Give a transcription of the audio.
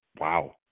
wow